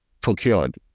procured